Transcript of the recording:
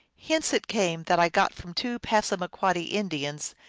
hence it came that i got from two passama quoddy indians,